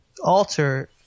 alter